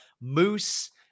Moose